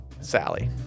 Sally